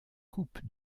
coupe